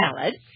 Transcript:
salad